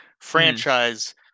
franchise